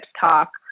talk